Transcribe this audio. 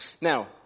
Now